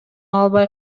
албай